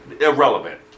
Irrelevant